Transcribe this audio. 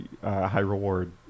high-reward